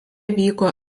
vyko